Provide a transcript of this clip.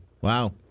Wow